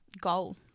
goal